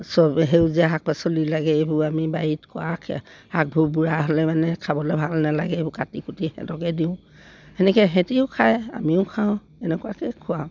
চব সেউজীয়া শাক পাচলি লাগে এইবোৰ আমি বাৰীত খোৱা শাকবোৰ বুঢ়া হ'লে মানে খাবলৈ ভাল নালাগে এইবোৰ কাটি কুটি সিহঁতকে দিওঁ সেনেকৈ সিহঁতিও খায় আমিও খাওঁ এনেকুৱাকৈ খোৱাওঁ